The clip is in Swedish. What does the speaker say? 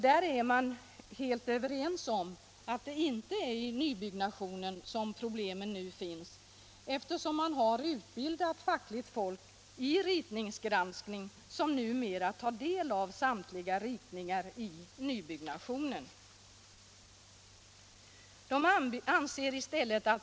Där är man helt överens om att det inte är i nybyggnationen som problemen nu finns, eftersom utbildat fackligt folk numera granskar samtliga ritningar i nybyggnationen.